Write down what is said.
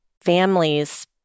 families